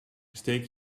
steek